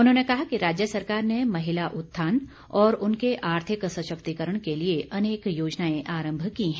उन्होंने कहा कि राज्य सरकार ने महिला उत्थान और उनके आर्थिक सशक्तिकरण के लिए अनेक योजनाएं आरम्भ की है